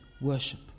worship